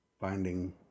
finding